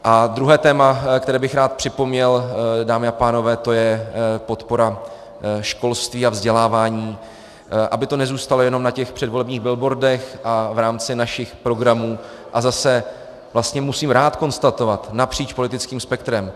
A druhé téma, které bych rád připomněl, dámy a pánové, to je podpora školství a vzdělávání, aby to nezůstalo jenom na těch předvolebních billboardech a v rámci našich programů, a zase, vlastně musím rád konstatovat, napříč politickým spektrem.